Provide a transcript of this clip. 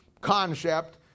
concept